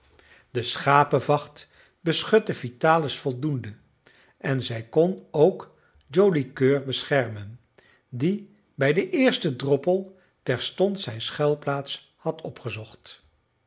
de schapevacht beschutte vitalis voldoende en zij kon ook joli coeur beschermen die bij den eersten droppel terstond zijn schuilplaats had opgezocht